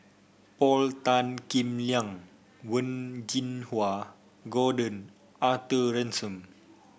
Paul Tan Kim Liang Wen Jinhua Gordon Arthur Ransome